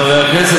חברי הכנסת,